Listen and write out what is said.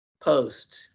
post